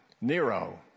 Nero